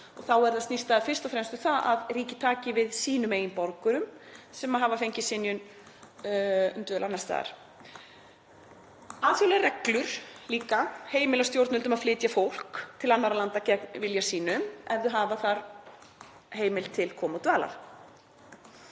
og þá snýst það fyrst og fremst um það að ríkið taki við sínum eigin borgurum sem hafa fengið synjun um dvöl annars staðar. Alþjóðlegar reglur heimila líka stjórnvöldum að flytja fólk til annarra landa gegn vilja sínum ef það hefur þar heimild til komu og dvalar.